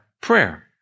prayer